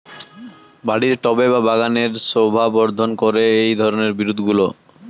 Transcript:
বাড়ির টবে বা বাগানের শোভাবর্ধন করে এই ধরণের বিরুৎগুলো